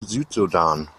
südsudan